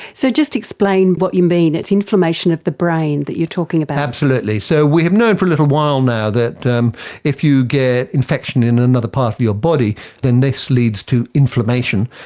so just explain what you mean. it's inflammation of the brain that you're talking about? absolutely. so we have known for a little while now that if you get infection in another part of your body then this leads to inflammation,